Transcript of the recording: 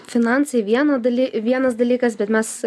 finansai vieną daly vienas dalykas bet mes